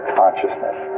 consciousness